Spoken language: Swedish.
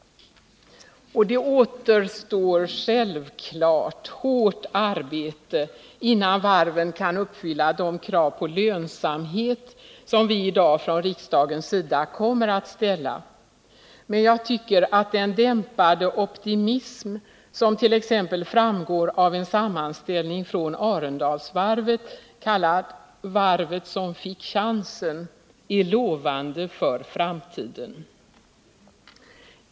Det återstår självfallet hårt arbete innan varven kan uppfylla de krav på lönsamhet som vi i dag från riksdagens sida kommer att ställa, men jag tycker att den dämpade optimism som t.ex. framgår av en sammanställning från Arendalsvarvet kallad ”Varven som fick chansen” är lovande för framtiden.